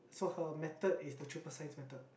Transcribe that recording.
so her method is the triple science method